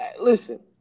Listen